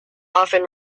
often